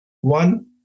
one